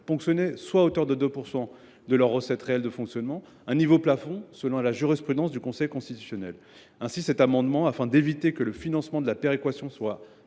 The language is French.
ponctionnées à hauteur de 2 % de leurs recettes réelles de fonctionnement, un niveau plafond selon la jurisprudence du Conseil constitutionnel. Afin d’éviter que le financement de la péréquation soit